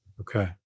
Okay